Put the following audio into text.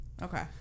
Okay